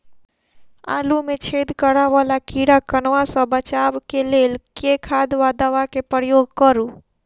आलु मे छेद करा वला कीड़ा कन्वा सँ बचाब केँ लेल केँ खाद वा दवा केँ प्रयोग करू?